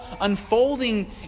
unfolding